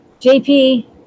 JP